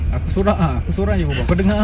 aku seorang ah aku seorang jer berbual